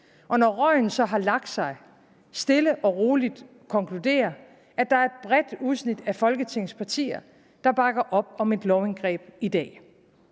– når røgen så har lagt sig – stille og roligt konkludere, at der er et bredt udsnit af Folketingets partier, der bakker op om et lovindgreb i dag.